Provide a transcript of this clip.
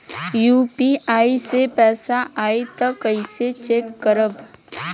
UPI से पैसा आई त कइसे चेक करब?